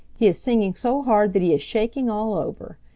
he is singing so hard that he is shaking all over.